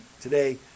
today